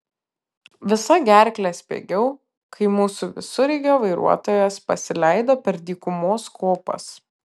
visa gerkle spiegiau kai mūsų visureigio vairuotojas pasileido per dykumos kopas